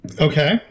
Okay